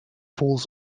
falls